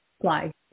Fly